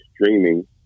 streaming